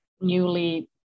newly